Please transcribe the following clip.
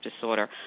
disorder